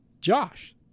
Josh